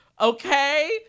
Okay